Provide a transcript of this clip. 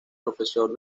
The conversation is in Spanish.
profesor